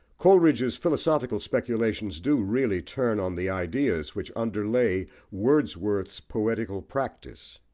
coleridge's philosophical speculations do really turn on the ideas which underlay wordsworth's poetical practice.